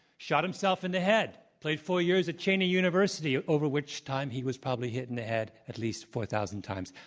shot himself in the head. played four years at cheyney university ah over which time he was probably hit in the time at least four thousand times.